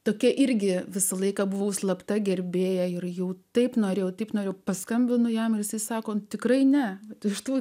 tokia irgi visą laiką buvau slapta gerbėja ir jų taip norėjau taip noriu paskambinu jam užsisakome tikrai ne iš tų